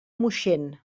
moixent